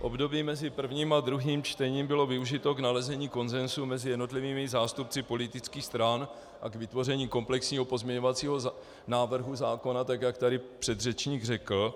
Období mezi prvním a druhým čtením bylo využito k nalezení konsenzu mezi jednotlivými zástupci politických stran a k vytvoření komplexního pozměňovacího návrhu zákona, tak jak tady předřečník řekl.